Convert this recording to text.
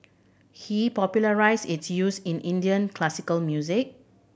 he popularised its use in Indian classical music